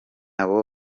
abo